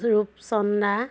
ৰূপচন্দা